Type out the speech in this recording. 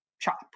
chop